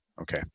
Okay